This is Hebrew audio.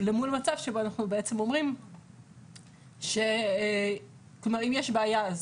זה אל מול מצב בו אנחנו אומרים שאם יש בעיה,